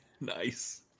Nice